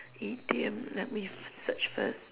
idiom let me search first